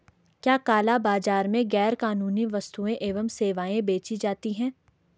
क्या काला बाजार में गैर कानूनी वस्तुएँ एवं सेवाएं बेची जाती हैं?